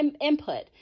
input